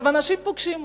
אנשים פוגשים אותי,